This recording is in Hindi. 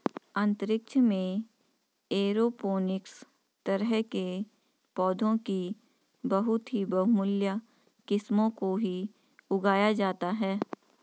अंतरिक्ष में एरोपोनिक्स तरह से पौधों की बहुत ही बहुमूल्य किस्मों को ही उगाया जाता है